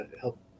help